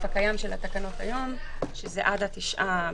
הקיים של התקנות היום שזה עד ה-9 בינואר.